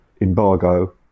embargo